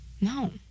No